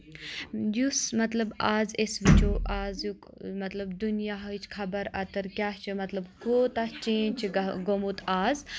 یُس مَطلَب آز أسۍ وٕچھو أزیُک مَطلَب دُنیاہٕچ خَبَر اَتَر کیٛاہ چھِ مَطلَب کوٗتاہ چینٛج چھ گوٚمُت آز